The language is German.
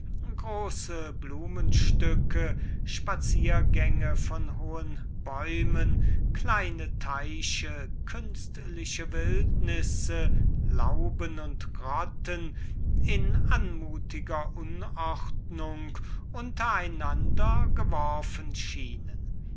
große blumenstücke spaziergänge von hohen bäumen kleine weiher künstliche wildnisse lauben und grotten in anmutiger unordnung unter einander geworfen schienen